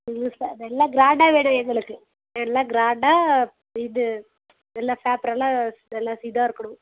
முழுசா நல்லா க்ராண்ட்டாக வேணும் எங்களுக்கு எல்லாம் க்ராண்ட்டாக இது நல்லா பேப்பரெல்லாம் நல்லா இதாக இருக்கணும்